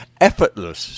Effortless